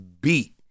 beat